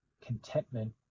contentment